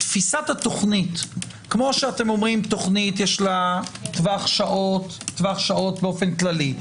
כפי שאתם אומרים - תוכנית יש לה טווח שעות באופן כללי,